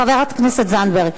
חברת הכנסת זנדברג,